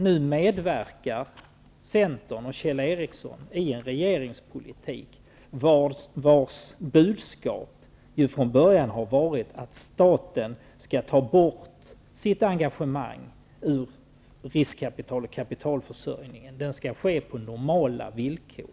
Nu medverkar Centern och Kjell Ericsson i en regeringspolitik, vars budskap från början har varit att staten skall ta bort sitt engagemang ur riskkapital och kapitalförsörjningen, att denna skall ske på normala villkor.